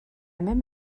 même